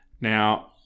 Now